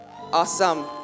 awesome